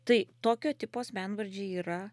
tai tokio tipo asmenvardžiai yra